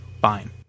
fine